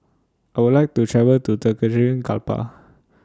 I Would like to travel to Tegucigalpa